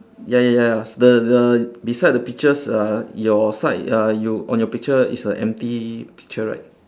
ya ya ya s~ the the beside the peaches uh your side uh you on your picture is a empty picture right